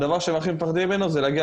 הדבר שהם הכי מפחדים ממנו הוא להגיע